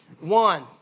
one